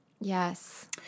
Yes